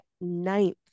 ninth